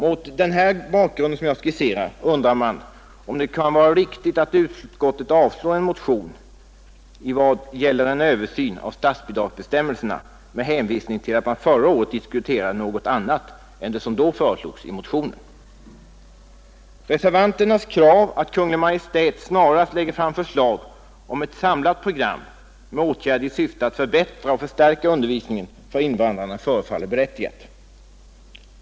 Mot den bakgrund jag här skisserat undrar man om det kan vara riktigt att utskottet avslår motionen i vad avser en översyn av statsbidragsbestämmelserna med hänvisning till att man förra året diskuterade något annat än det som föreslogs i motionen. Reservanternas krav att Kungl. Maj:t snarast lägger fram förslag om ett samlat program med åtgärder i syfte att förbättra och förstärka undervisningen för invandrarna förefaller berättigat.